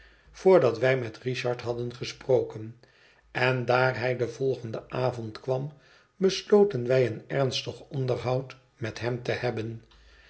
voordat wij met richard hadden gesproken endaar hij den volgenden avond kwam besloten wij een ernstig onderhoud met hem te hebben